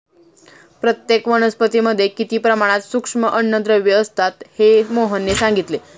प्रत्येक वनस्पतीमध्ये किती प्रमाणात सूक्ष्म अन्नद्रव्ये असतात हे मोहनने सांगितले